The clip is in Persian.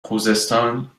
خوزستان